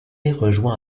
rejoint